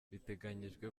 biteganyijwe